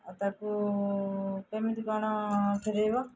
ତାକୁ କେମିତି କ'ଣ ଫେରାଇବ